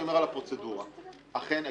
לגבי הפרוצדורה אכן,